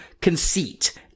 conceit